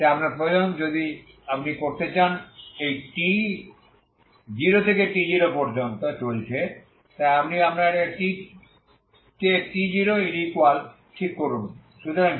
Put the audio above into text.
তাই আপনার প্রয়োজন তাই যদি আপনি করতে চান এই t টি 0 থেকে t0 পর্যন্ত চলছে তাই আপনি আপনার t কে t0এর ইকুয়াল ঠিক করুন